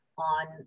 on